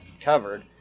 covered